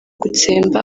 gutsemba